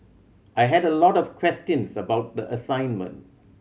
I had a lot of questions about the assignment